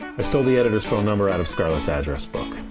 i stole the editor's phone number out of scarlet's address book.